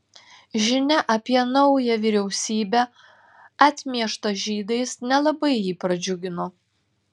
žinia apie naują vyriausybę atmieštą žydais nelabai jį pradžiugino